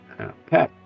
Okay